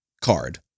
card